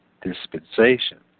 dispensation